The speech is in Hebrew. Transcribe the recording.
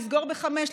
לסגור ב-17:00,